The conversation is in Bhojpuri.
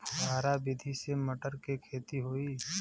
फुहरा विधि से मटर के खेती होई